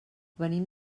venim